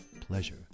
pleasure